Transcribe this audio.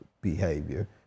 behavior